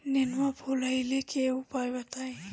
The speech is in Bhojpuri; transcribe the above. नेनुआ फुलईले के उपाय बताईं?